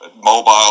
mobile